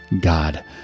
God